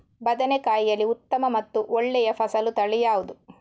ಬದನೆಕಾಯಿಯಲ್ಲಿ ಉತ್ತಮ ಮತ್ತು ಒಳ್ಳೆಯ ಫಸಲು ತಳಿ ಯಾವ್ದು?